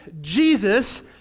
Jesus